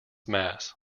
mass